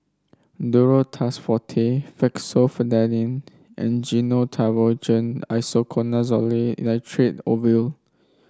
Duro Tuss Forte Fexofenadine and Gyno Travogen Isoconazole Nitrate Ovule